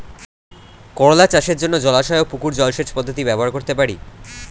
করোলা চাষের জন্য জলাশয় ও পুকুর জলসেচ পদ্ধতি ব্যবহার করতে পারি?